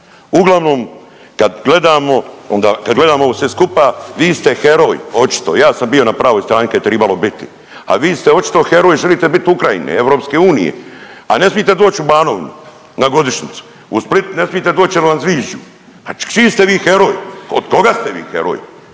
onda, kad gledamo ovo sve skupa vi ste heroj očito. Ja sam bio na pravoj strani kad je tribalo biti, ali vi ste očito heroj i želite biti u Ukrajini EU, a ne smijete doći u Banovinu na godišnjicu, u Split ne smijete doći jer vam zvižđu. Pa čiji ste vi heroj, od koga ste vi heroj?